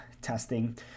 testing